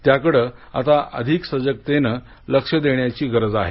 त्याकडे आता अधिक सजगतेनं लक्ष देण्याची गरज आहे